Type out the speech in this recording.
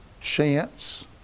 chance